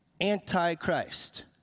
Antichrist